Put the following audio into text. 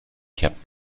kept